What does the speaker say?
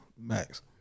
Max